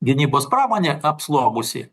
gynybos pramonė apslobusi